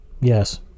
Yes